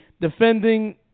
defending